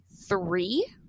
three